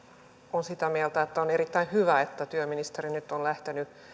on sitä mieltä että on erittäin hyvä että työministeri nyt on lähtenyt